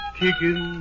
kicking